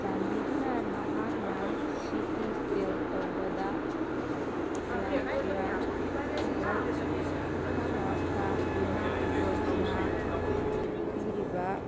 ꯆꯥꯟꯕꯤꯗꯨꯅ ꯅꯍꯥꯛꯅ CT scan ꯇꯧꯕꯗ ꯔꯥꯁꯇ꯭ꯔꯤꯌꯥ ꯁ꯭ꯋꯥꯁꯇꯥ ꯚꯤꯃꯥ ꯌꯣꯖꯅꯥ ꯄꯤꯔꯤꯕ